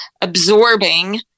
absorbing